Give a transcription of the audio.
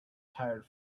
tired